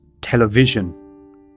television